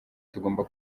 tugomba